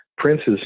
Prince's